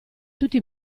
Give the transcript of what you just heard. tutti